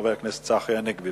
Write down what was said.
חבר הכנסת צחי הנגבי.